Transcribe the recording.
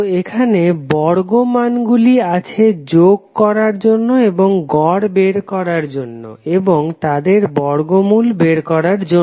তো এখানে বর্গ মানগুলি আছে যোগ করার জন্য এবং গড় বের করার জন্য এবং তাদের বর্গমূল বের করার জন্য